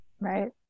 Right